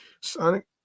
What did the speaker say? sonic